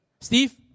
Steve